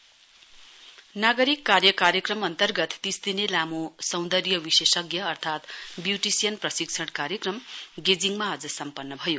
IPR minister गेजिङ नागरिक कार्य कार्यक्रम अन्तर्गत तीस दिन लामो सौन्दर्य विशेषज्ञ अर्थात् ब्युटीशियन प्रशिक्षण कार्यक्रम गेजिङमा आज सम्पन्न भयो